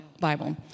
Bible